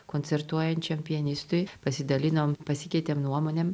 koncertuojančiam pianistui pasidalinom pasikeitėm nuomonėm